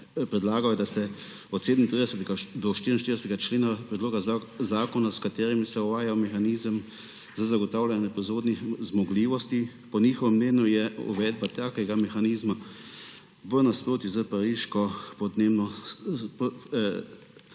predlagajo, da se od 37. do 44. člena predloga zakona, s katerimi se uvaja mehanizem za zagotavljanje proizvodnih zmogljivosti. Po njihovem mnenju je uvedba takega mehanizma v nasprotju s cilji Pariškega podnebnega